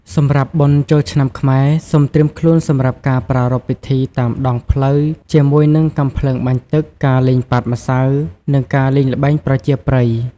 សម្រាប់បុណ្យចូលឆ្នាំខ្មែរ សូមត្រៀមខ្លួនសម្រាប់ការប្រារព្ធពិធីតាមដងផ្លូវជាមួយនឹងកាំភ្លើងបាញ់ទឹក ការលេងប៉ាតម្សៅ និងការលែងល្បែងប្រជាប្រិយខ្មែរ។